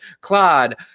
Claude